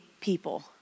people